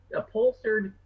upholstered